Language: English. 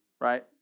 right